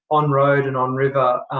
on road and on river,